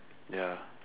ya